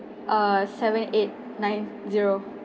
uh seven eight nine zero